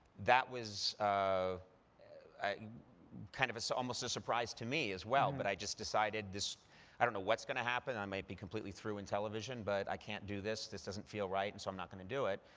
that was um almost and kind of so almost a surprise to me, as well. but i just decided, i don't know what's going to happen. i may be completely through in television, but i can't do this. this doesn't feel right, and so, i'm not going to do it.